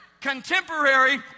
Contemporary